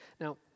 Now